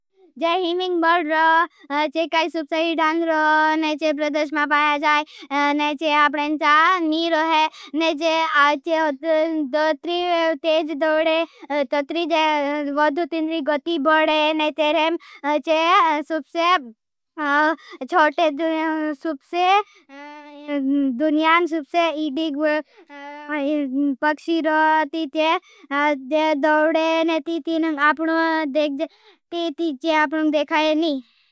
जैही मिंग बड़ रो। जैकाई सुपसे ही डांग रो। जैचे प्रतश मा पाया जाई। जैचे आपड़ेंचा नी रोहे, जैचे तोत्री तेज़ दोड़े। तोत्री जैचे वद्धु तिन्द्री गती बड़े। जैचे सुपसे चोटे सुपसे दुन्यान सुपसे इदी पक ते तीज़े आपनों देखाये नी।